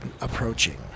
approaching